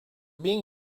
being